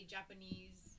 Japanese